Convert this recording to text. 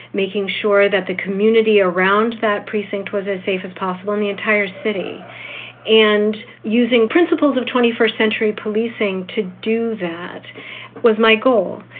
making sure that the community around that precinct was as safe as possible in the entire city and using principles of twenty first century policing to do that was my goal.